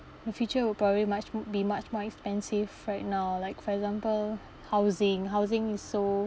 in future will probably much m~ be much more expensive right now like for example housing housing is so